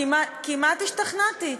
כמעט השתכנעתי,